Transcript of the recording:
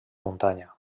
muntanya